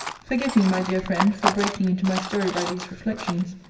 forgive me, my dear friend, for breaking into my story by these reflections.